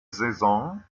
saison